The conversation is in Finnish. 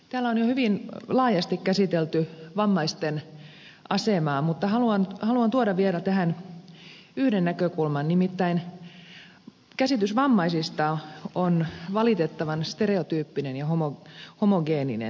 täällä on jo hyvin laajasti käsitelty vammaisten asemaa mutta haluan tuoda vielä tähän yhden näkökulman nimittäin käsitys vammaisista on valitettavan stereotyyppinen ja homogeeninen